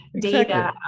data